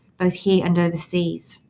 both here and overseas.